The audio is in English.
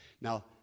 Now